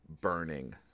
burning